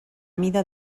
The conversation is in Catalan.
mida